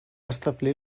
establir